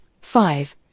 five